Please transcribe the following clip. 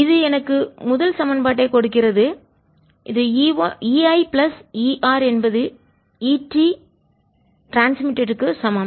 இது எனக்கு முதல் சமன்பாட்டைக் கொடுக்கிறது இது E I பிளஸ் ER என்பது ET ட்ரான்ஸ்மிட்டட் க்கு கடத்தலுக்கு சமம்